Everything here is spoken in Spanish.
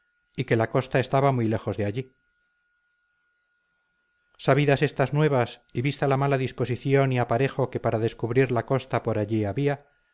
y que la costa estaba muy lejos de allí sabidas estas nuevas y vista la mala disposición y aparejo que para descubrir la costa por allí había